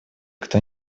кто